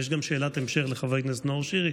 יש גם שאלת המשך לחבר הכנסת נאור שירי,